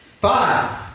Five